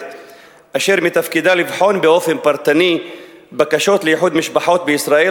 אשר מתפקידה לבחון באופן פרטני בקשות לאיחוד משפחות בישראל,